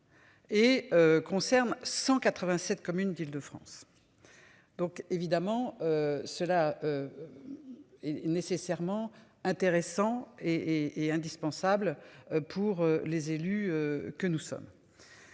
Et concerne 187 communes d'Île-de-France. Donc évidemment cela. Est nécessairement intéressant et et et indispensable pour les élus que nous sommes.